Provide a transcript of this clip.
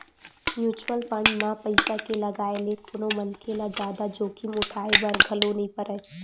mutual fund म पइसा के लगाए ले कोनो मनखे ल जादा जोखिम उठाय बर घलो नइ परय